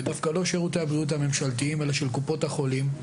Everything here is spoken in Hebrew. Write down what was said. ודווקא לא שירותי הבריאות הממשלתיים אלא של קופות החולים,